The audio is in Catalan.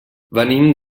venim